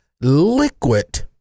liquid